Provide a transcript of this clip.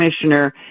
commissioner